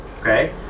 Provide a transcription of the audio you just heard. okay